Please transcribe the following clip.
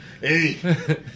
Hey